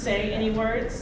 say any word